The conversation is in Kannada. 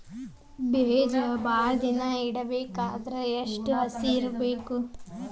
ಬೇಜ ಭಾಳ ದಿನ ಇಡಬೇಕಾದರ ಎಷ್ಟು ಹಸಿ ಇರಬೇಕು?